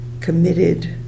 committed